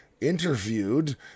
interviewed